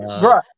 bro